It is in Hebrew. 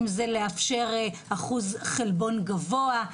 אם זה לאפשר אחוז חלבון גבוה,